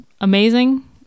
amazing